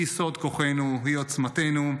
היא סוד כוחנו, היא עוצמתנו.